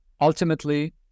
Ultimately